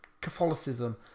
Catholicism